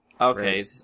Okay